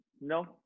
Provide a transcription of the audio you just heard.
no